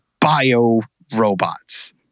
bio-robots